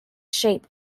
shape